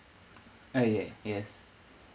oh y~ yes